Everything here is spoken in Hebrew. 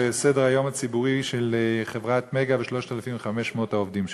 סדר-היום הציבורי: חברת "מגה" ו-3,500 העובדים שלה.